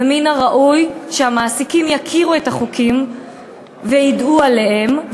ומן הראוי שהמעסיקים יכירו את החוקים וידעו עליהם,